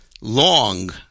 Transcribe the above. long